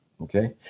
Okay